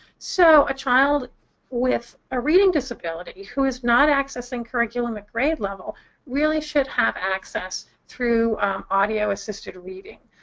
so a child with a reading disability who is not accessing curriculum at grade level really should have access through audio-assisted reading.